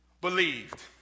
believed